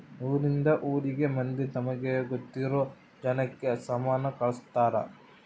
ಊರಿಂದ ಊರಿಗೆ ಮಂದಿ ತಮಗೆ ಗೊತ್ತಿರೊ ಜನಕ್ಕ ಸಾಮನ ಕಳ್ಸ್ತರ್